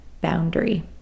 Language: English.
boundary